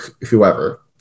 whoever